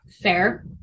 Fair